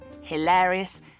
hilarious